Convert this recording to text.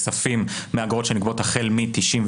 בכספים מאגרות שנגבות החל מ-96'.